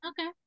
okay